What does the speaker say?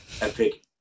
epic